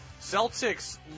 Celtics